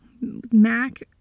Mac